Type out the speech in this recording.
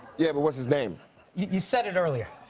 yeah, but what's his name you said it earlier.